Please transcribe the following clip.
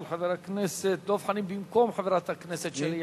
של חבר הכנסת דב חנין במקום חברת הכנסת שלי יחימוביץ,